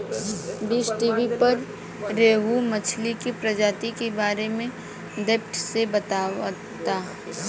बीज़टीवी पर रोहु मछली के प्रजाति के बारे में डेप्थ से बतावता